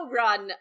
run